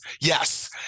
yes